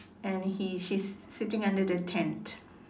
and he she's sitting under the tent